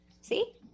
See